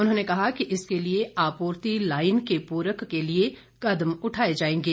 उन्होंने कहा कि इसके लिए आपूर्ति लाईन के पूरक के लिए कदम उठाए जाएंगे